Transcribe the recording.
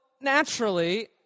naturally